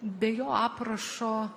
be jo aprašo